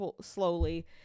slowly